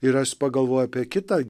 ir aš pagalvojau apie kitą